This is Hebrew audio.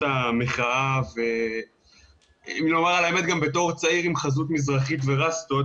המחאה וגם כצעיר עם חזות מזרחית וראסטות,